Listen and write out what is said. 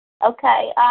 Okay